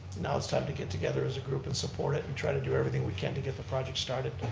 now it's time to get together as a group and support it and try to do everything we can to get the project started.